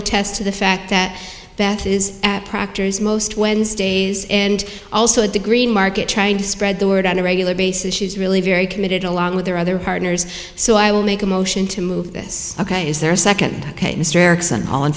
attest to the fact that that is at proctor's most wednesdays and also at the green market trying to spread the word on a regular basis she is really very committed along with their other partners so i will make a motion to move this is their second all in